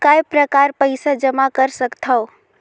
काय प्रकार पईसा जमा कर सकथव?